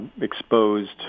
exposed